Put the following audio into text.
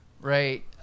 right